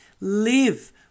live